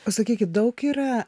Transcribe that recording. o sakykit daug yra